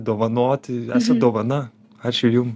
dovanoti dovana ačiū jum